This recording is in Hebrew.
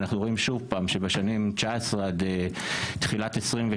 ואנחנו רואים שוב פעם שבשנים 2019 עד תחילת 2022